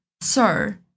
Sir